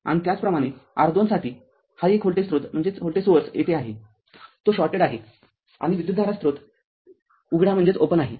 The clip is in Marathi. आणि त्याचप्रमाणे R२ साठी हा एक व्होल्टेज स्रोत येथे आहे तो शॉर्टेड आहे आणि विद्युतधारा स्रोत उघडा आहे